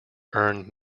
earn